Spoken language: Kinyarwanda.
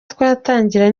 twatangira